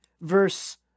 verse